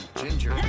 ginger